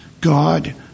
God